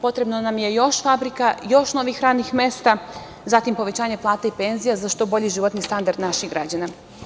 Potrebno nam je još fabrika, još novih radnih mesta, zatim povećanje plata i penzija za što bolji životni standard naših građana.